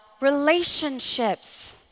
relationships